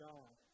God